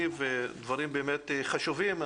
דברים באמת חשובים.